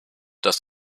dass